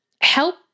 help